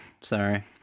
sorry